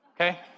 okay